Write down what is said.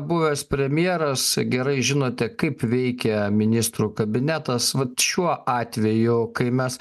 buvęs premjeras gerai žinote kaip veikia ministrų kabinetas vat šiuo atveju kai mes